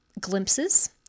glimpses